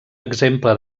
exemple